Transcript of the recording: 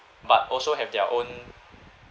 but also have their own